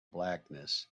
blackness